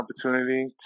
opportunity